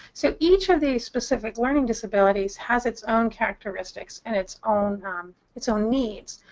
so each of these specific learning disabilities has its own characteristics and its own its own needs.